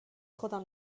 خودم